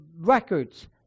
records